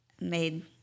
made